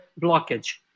blockage